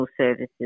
services